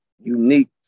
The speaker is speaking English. unique